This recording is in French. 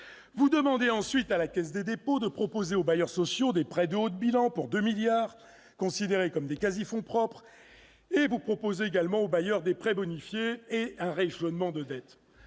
Vous demandez ensuite à la Caisse des dépôts et consignations de proposer aux bailleurs sociaux des prêts de haut de bilan, pour 2 milliards d'euros, considérés comme des quasi-fonds propres. Vous proposez également aux bailleurs des prêts bonifiés et un rééchelonnement